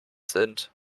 sind